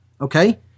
okay